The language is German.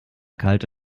kalte